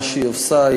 מה שהיא עושה,